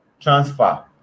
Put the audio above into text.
transfer